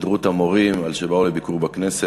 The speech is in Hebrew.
בהסתדרות המורים על שבאו לביקור בכנסת.